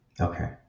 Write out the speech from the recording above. okay